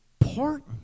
important